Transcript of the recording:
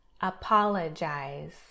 apologize